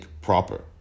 proper